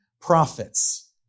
prophets